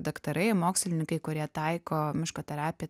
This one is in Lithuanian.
daktarai mokslininkai kurie taiko miško terapiją